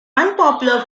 unpopular